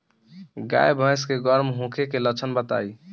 गाय भैंस के गर्म होखे के लक्षण बताई?